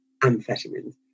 amphetamines